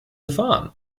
gefahren